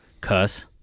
Cuss